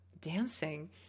dancing